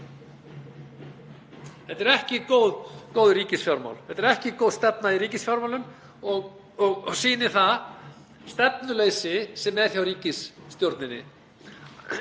Þetta eru ekki góð ríkisfjármál. Þetta er ekki góð stefna í ríkisfjármálum og sýnir það stefnuleysi sem er hjá ríkisstjórninni.